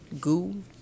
Goo